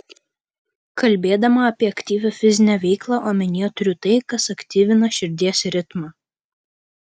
kalbėdama apie aktyvią fizinę veiklą omenyje turiu tai kas aktyvina širdies ritmą